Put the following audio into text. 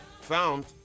found